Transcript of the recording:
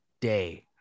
day